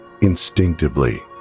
Instinctively